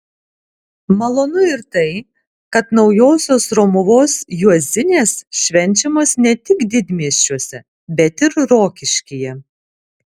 malonu ir tai kad naujosios romuvos juozinės švenčiamos ne tik didmiesčiuose bet ir rokiškyje